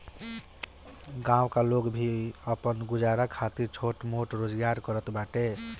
गांव का लोग भी आपन गुजारा खातिर छोट मोट रोजगार करत बाटे